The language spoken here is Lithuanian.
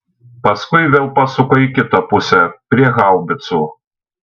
paskui vėl pasuka į kitą pusę prie haubicų